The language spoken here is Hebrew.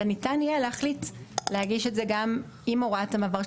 אלא ניתן יהיה להחליט להגיש את זה גם עם הוראת המעבר,